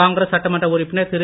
காங்கிரஸ் சட்டமன்ற உறுப்பினர் திரு